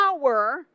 power